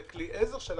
זה כלי עזר שלכם,